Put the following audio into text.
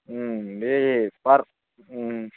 उम दे बार उम